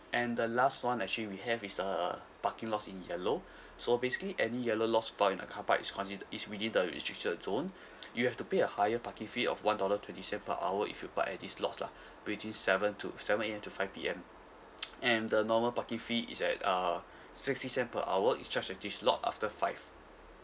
and the last one actually we have is uh parking lots in yellow so basically any yellow lots found in the car park is conside~ is within the restricted zone you have to pay a higher parking fee of one dollar twenty cent per hour if you park at these lots lah between seven to seven A_M to five P_M and the normal parking fee is at uh sixty cent per hour it's just uh this lot after five